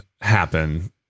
happen